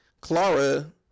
Clara